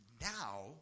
now